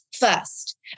first